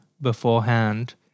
beforehand